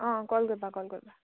অঁ কল কৰিবা কল কৰিবা